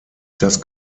das